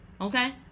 okay